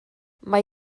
mae